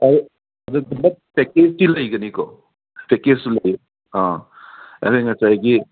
ꯄꯦꯀꯦꯖꯗꯤ ꯂꯩꯒꯅꯤꯀꯣ ꯄꯦꯀꯦꯖꯁꯨ ꯂꯩ ꯑꯥ ꯑꯗꯒꯤ ꯉꯁꯥꯏꯒꯤ